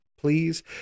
please